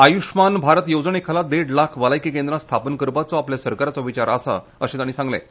आयुशमान भारत येवजणे खाला देड लाख भलायकी केंद्रा स्थापन करपाचो आपल्या सरकाराचो विचार आसा अशें तांणी सांगलें